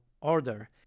order